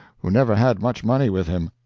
who never had much money with him.